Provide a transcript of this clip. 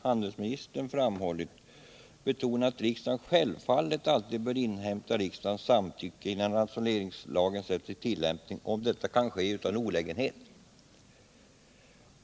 handelsministern framhållit, att regeringen självfallet alltid bör inhämta riksdagens samtycke innan ransoneringslagen sätts i tillämpning, om detta kan ske utan olägenhet.